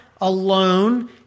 alone